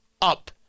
up